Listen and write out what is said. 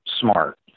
smart